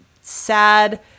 sad